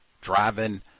driving